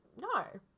no